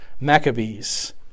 Maccabees